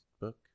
book